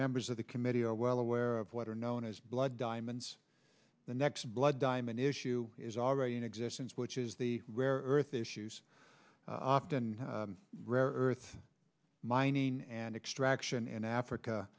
members of the committee oh well aware of what are known as blood diamonds the next blood diamond issue is already in existence which is the rare earth issues often rare earth mining and extraction in africa